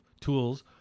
tools